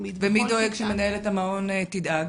בכל כיתה --- ומי דואג שמנהלת המעון תדאג?